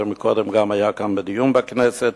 קודם זה גם עלה כאן לדיון בכנסת.